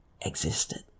existed